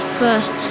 first